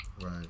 Right